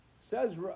Says